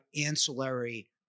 ancillary